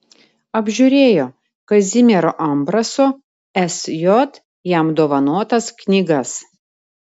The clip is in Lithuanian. apžiūrėjo kazimiero ambraso sj jam dovanotas knygas